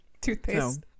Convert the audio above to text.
toothpaste